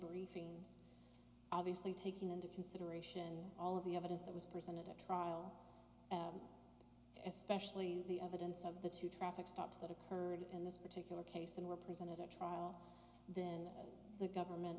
briefing obviously taking into consideration all of the evidence that was presented at trial especially the evidence of the two traffic stops that occurred in this particular case and were presented at trial then the government